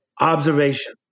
Observation